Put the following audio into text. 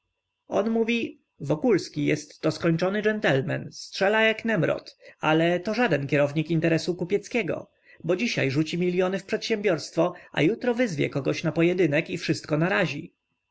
tek on mówi wokulski jestto skończony dżentelmen strzela jak nemrod ale to żaden kierownik interesu kupieckiego bo dzisiaj rzuci miliony w przedsiębiorstwo a jutro wyzwie kogo na pojedynek i wszystko narazi